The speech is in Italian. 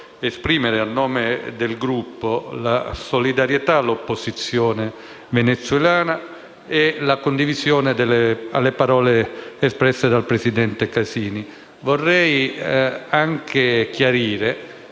esprimere, a nome del Gruppo, la solidarietà all'opposizione venezuelana e la condivisione delle parole espresse dal presidente Casini. Vorrei anche chiarire